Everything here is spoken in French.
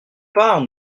part